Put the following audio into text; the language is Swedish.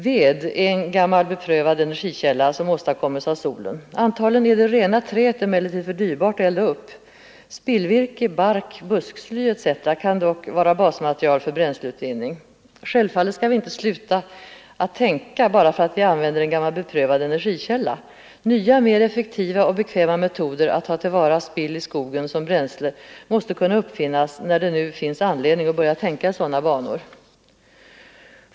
Ved är en gammal beprövad energikälla, som åstadkommits av solen. Antagligen är det rena träet för dyrbart att elda upp. Spillvirke, bark, busksly etc. kan dock vara basmaterial för bränsleutvinning. Självfallet skall vi inte sluta att tänka bara för att vi använder en gammal beprövad energikälla! Nya, mer effektiva och bekväma metoder att ta till vara spill i skogen som bränsle måste kunna uppfinnas när det nu finns anledning att börja tänka i sådana banor.